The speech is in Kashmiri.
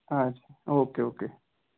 اچھا اوکے اوکے